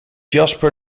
jasper